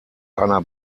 einer